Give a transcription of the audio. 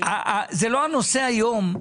זה לא הנושא היום.